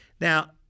Now